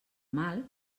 mal